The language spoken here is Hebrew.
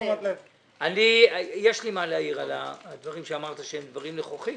יש לי מה להעיר על הדברים שאמרת שהם דברים נכוחים.